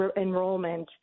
enrollment